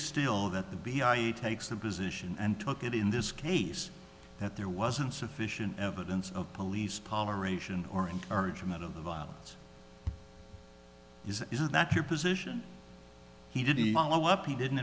still that the b i e takes the position and took it in this case that there wasn't sufficient evidence of police policy ration or encouragement of the violence is that your position he didn't follow up he didn't